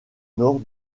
nord